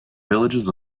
villages